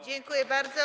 Dziękuję bardzo.